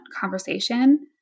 conversation